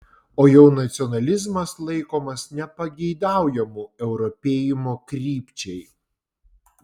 o jau nacionalizmas laikomas nepageidaujamu europėjimo krypčiai